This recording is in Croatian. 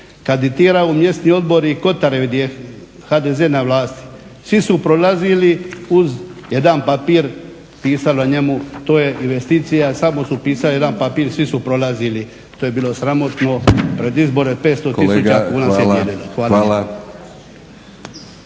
razumije./… mjesni odbori i kotari gdje je HDZ na vlasti svi su prolazili uz jedan papir pisalo je na njemu to je investicija. Samo su pisali jedan papir i svi su prolazili. To je bilo sramotno. Pred izbore 500 tisuća kuna